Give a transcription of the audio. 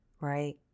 right